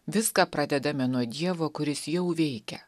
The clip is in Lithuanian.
viską pradedame nuo dievo kuris jau veikia